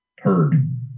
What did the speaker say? Heard